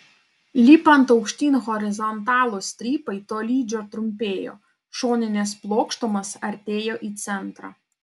lipant aukštyn horizontalūs strypai tolydžio trumpėjo šoninės plokštumos artėjo į centrą